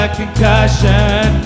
concussion